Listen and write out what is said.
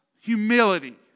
humility